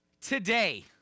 today